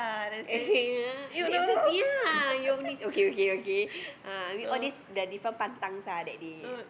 okay ah that's the thing yeah you only okay okay okay uh I mean all this the different pantang ah that they